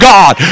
God